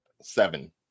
seven